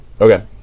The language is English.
Okay